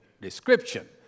description